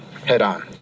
head-on